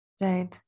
Right